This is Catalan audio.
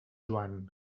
joan